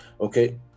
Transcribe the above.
Okay